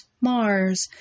Mars